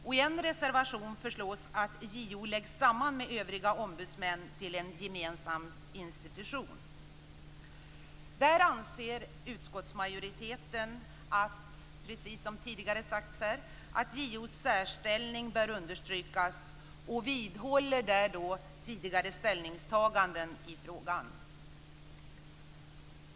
I en reservation föreslås att JO läggs samman med övriga ombudsmän till en gemensam institution. Där anser utskottsmajoriteten, precis som tidigare sagts, att JO:s särställning bör understrykas och vidhåller tidigare ställningstaganden i frågan.